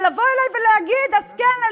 אבל לבוא אלי ולהגיד אז כן,